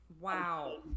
Wow